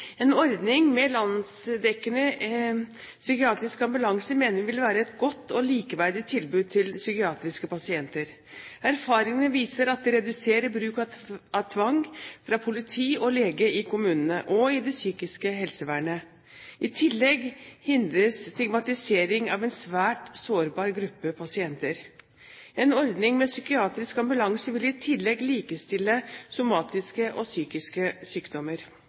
En ordning med landsdekkende psykiatrisk ambulanse mener vi vil være et godt og likeverdig tilbud til psykiatriske pasienter. Erfaringene viser at det reduserer bruk av tvang fra politi og lege i kommunene og i det psykiske helsevernet. I tillegg hindres stigmatisering av en svært sårbar gruppe pasienter. En ordning med psykiatrisk ambulanse vil også likestille somatiske og psykiske sykdommer.